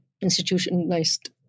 institutionalized